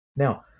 Now